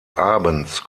abends